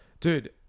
Dude